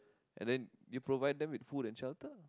and then you provide them with food and shelter ah